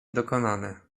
dokonane